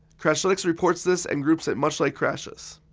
crashlytics reports this and groups it much like crashes.